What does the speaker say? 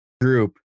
group